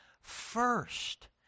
first